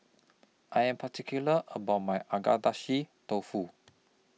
I Am particular about My Agedashi Dofu